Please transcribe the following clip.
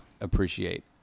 appreciate